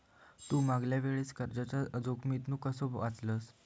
तू मागल्या वेळेस कर्जाच्या जोखमीतून कसो वाचलस